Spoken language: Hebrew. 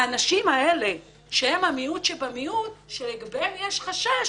האנשים האלה שהם במיעוט שבמיעוט שלגביהם יש חשש,